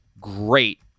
great